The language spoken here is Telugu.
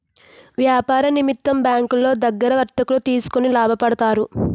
వ్యాపార నిమిత్తం బ్యాంకులో దగ్గర వర్తకులు తీసుకొని లాభపడతారు